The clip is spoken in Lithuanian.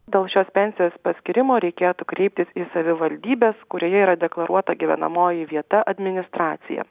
dėl šios pensijos paskyrimo reikėtų kreiptis į savivaldybės kurioje yra deklaruota gyvenamoji vieta administraciją